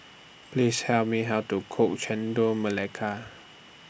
Please Tell Me How to Cook Chendol Melaka